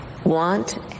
want